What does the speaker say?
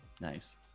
nice